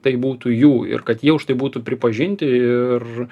tai būtų jų ir kad jie už tai būtų pripažinti ir